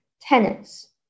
tennis